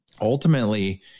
ultimately